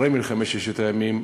אחרי מלחמת ששת הימים,